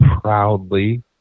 proudly